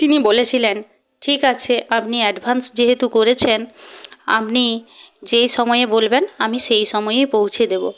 তিনি বলেছিলেন ঠিক আছে আপনি অ্যাডভ্যান্স যেহেতু করেছেন আপনি যেই সময়ে বলবেন আমি সেই সময়েই পৌঁছে দেবো